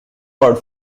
word